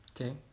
okay